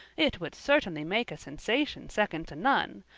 it would certainly make a sensation second to none,